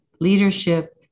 leadership